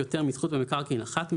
יותר מזכות במקרקעין אחת,